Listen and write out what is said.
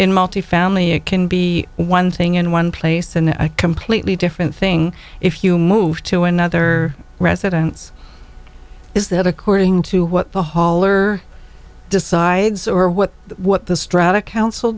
in multifamily it can be one thing in one place and a completely different thing if you move to another residence is that according to what the hauler decides or what the what the strata council